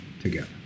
together